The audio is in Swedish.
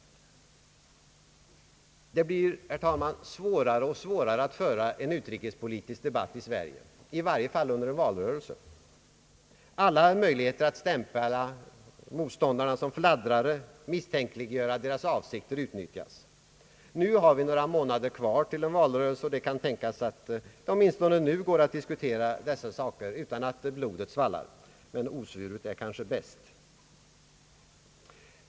Det blir, herr talman, svårare och svårare att föra en utrikespolitisk debatt i Sverige, i varje fall under en valrörelse. Alla möjligheter att stämpla motståndarna som fladdrare, att misstänkliggöra deras avsikter, utnyttjas. Nu har vi några månader kvar till en valrörelse, och det kan tänkas att det åtminstone nu går att diskutera dessa saker utan att blodet svallar. Men osvuret är kanske bäst.